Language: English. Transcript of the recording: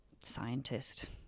scientist